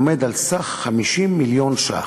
עומד על 50 מיליון ש"ח.